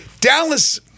Dallas